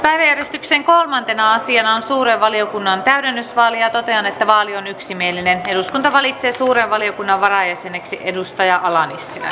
äänestyksen kolmantena asianaan suuren valiokunnan ennen vaalia totean että valion yksimielinen eduskunta valitsee suuren valiokunnan varajäseneksi edustaja ala nissilä asia